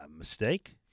Mistake